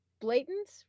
blatant